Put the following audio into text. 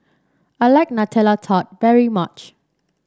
I like Nutella Tart very much